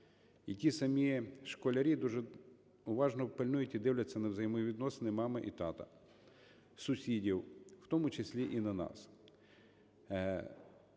І ті самі школярі дуже уважно пильнують і дивляться на взаємовідносини мами і тата, сусідів, в тому числі і на нас.